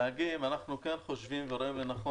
אנחנו חושבים ורואים לנכון